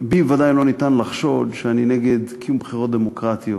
בי בוודאי לא ניתן לחשוד שאני נגד קיום בחירות דמוקרטיות.